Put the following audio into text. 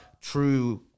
true